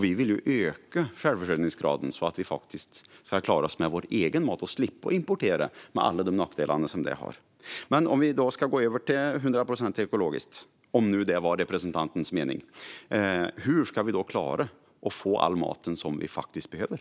Vi vill ju öka självförsörjningsgraden, så att vi faktiskt ska klara oss med vår egen mat och slippa importera med alla de nackdelar som det har. Men om vi nu ska gå över till 100 procent ekologiskt - om detta är representantens mening - hur ska vi då klara att få all den mat som vi behöver?